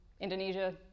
Indonesia